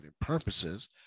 purposes